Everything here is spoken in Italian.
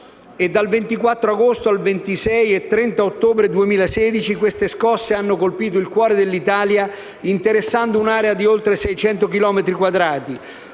del 24 agosto e del 26 e 30 ottobre 2016 hanno colpito il cuore dell'Italia, interessando un area di oltre 600 chilometri quadrati